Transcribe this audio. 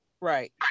Right